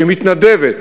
שהיא מתנדבת,